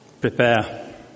prepare